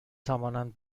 توانند